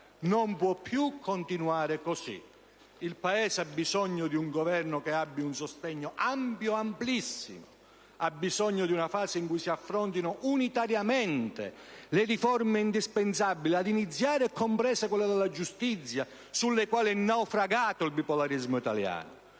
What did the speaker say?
Non può più continuare in questo modo. Il Paese ha bisogno di un Governo che abbia un sostegno ampio, amplissimo. Ha bisogno di una fase in cui si affrontino unitariamente le riforme indispensabili, comprese quelle della giustizia, sulle quali è naufragato il bipolarismo italiano.